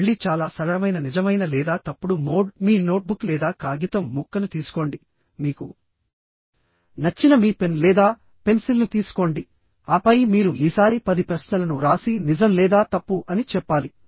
మళ్ళీ చాలా సరళమైన నిజమైన లేదా తప్పుడు మోడ్ మీ నోట్బుక్ లేదా కాగితం ముక్కను తీసుకోండిమీకు నచ్చిన మీ పెన్ లేదా పెన్సిల్ను తీసుకోండి ఆపై మీరు ఈసారి పది ప్రశ్నలను వ్రాసి నిజం లేదా తప్పు అని చెప్పాలి